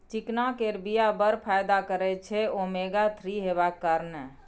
चिकना केर बीया बड़ फाइदा करय छै ओमेगा थ्री हेबाक कारणेँ